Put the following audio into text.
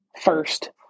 first